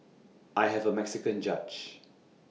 I have A Mexican judge